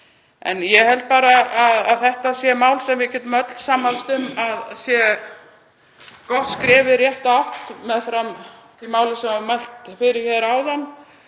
Ég held að þetta sé mál sem við getum öll sammælst um að sé gott skref í rétta átt meðfram því máli sem var mælt fyrir áðan.